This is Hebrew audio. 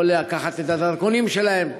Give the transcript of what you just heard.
לא לקחת את הדרכונים שלהם,